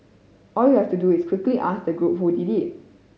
all you have to do is quickly ask the group who did it